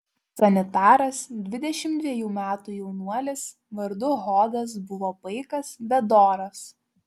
sanitaras dvidešimt dvejų metų jaunuolis vardu hodas buvo paikas bet doras